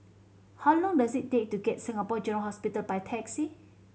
how long does it take to get Singapore General Hospital by taxi